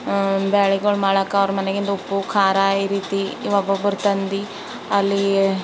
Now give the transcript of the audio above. ಬ್ಯಾಳಿಗಳು ಮಾಡಾಕ್ಕ ಅವ್ರ ಮನೆಗಿಂದು ಉಪ್ಪು ಖಾರ ಈ ರೀತಿ ಒಬ್ಬೊಬ್ಬರು ತಂದು ಅಲ್ಲಿ